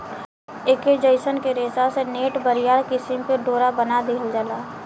ऐके जयसन के रेशा से नेट, बरियार किसिम के डोरा बना दिहल जाला